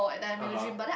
(uh huh)